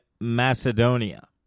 Macedonia